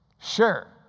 Sure